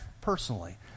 personally